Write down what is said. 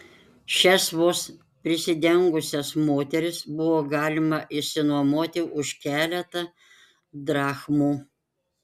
šias vos prisidengusias moteris buvo galima išsinuomoti už keletą drachmų